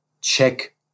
check